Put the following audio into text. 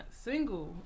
single